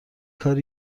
کار